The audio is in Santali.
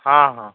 ᱦᱮᱸ ᱦᱮᱸ